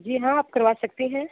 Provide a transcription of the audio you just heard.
जी हाँ आप करवा सकतीं हैं